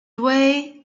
away